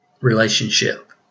relationship